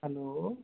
hello